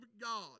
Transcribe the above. God